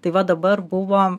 tai va dabar buvo